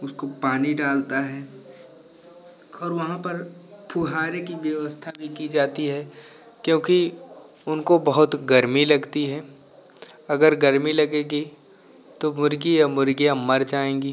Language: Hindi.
उसको पानी डालता है और वहाँ पर फुहारे की व्यवस्था भी की जाती है क्योंकि उनको बहुत गर्मी लगती है अगर गर्मी लगेगी तो मुर्गी और मुर्गियाँ मर जाएँगी